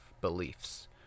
beliefs